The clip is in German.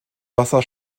wasser